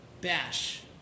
bash